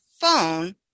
phone